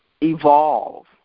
evolve